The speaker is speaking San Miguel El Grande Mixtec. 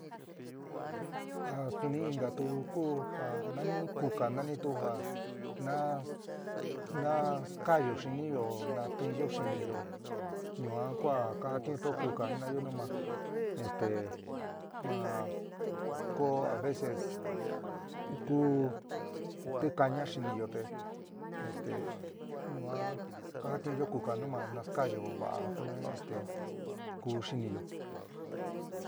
A suni inkatu ku ja nani kuka nánitu ja nas naskaáyo xiniyo natinyo xiniyo yuán ku ja kajatiunto kuka jina'ayo nu ma esté ma ko a veces ku tikáña xiniyo te este ñuan kajatiunyo kuka nu ma naskaayo va'a kuni esté ku xiniyo.